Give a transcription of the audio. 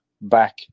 back